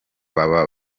baba